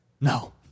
No